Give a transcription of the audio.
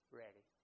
ready